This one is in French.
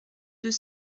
deux